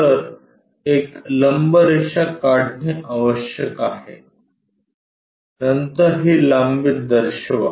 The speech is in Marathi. तर एक लंब रेषा काढणे आवश्यक आहे नंतर ही लांबी दर्शवा